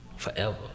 forever